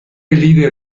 líder